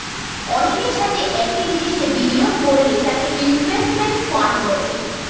অনেকের সাথে একই জিনিসে বিনিয়োগ করলে তাকে ইনভেস্টমেন্ট ফান্ড বলে